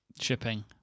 Shipping